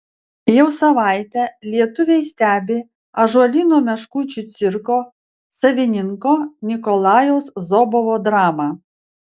jau savaitę lietuviai stebi ąžuolyno meškučių cirko savininko nikolajaus zobovo dramą